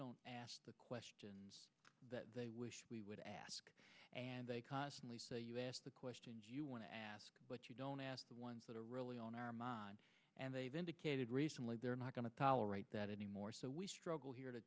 don't ask the questions that they wish we would ask and they constantly asked the question do you want to ask what you don't ask the ones that are really on our mind and they've indicated recently they're not going to tolerate that anymore so we struggle here to